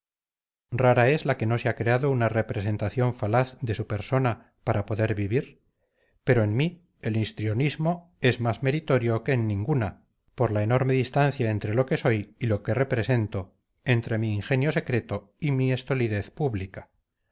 rara es la que no se ha creado una representación falaz de su persona para poder vivir pero en mí el histrionismo es más meritorio que en ninguna por la enorme distancia entre lo que soy y lo que represento entre mi ingenio secreto y mi estolidez pública